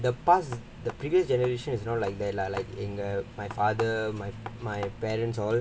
the past the previous generation is not like that lah like in uh my father my my parents all